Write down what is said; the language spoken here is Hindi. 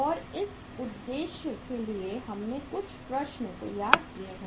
और इस उद्देश्य के लिए हमने कुछ प्रश्न तैयार किए हैं